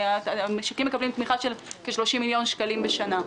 המשקים מקבלים תמיכה של כ-30 מיליון שקלים בשנה.